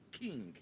king